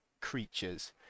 creatures